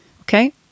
Okay